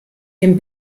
dem